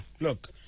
Look